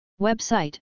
Website